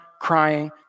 crying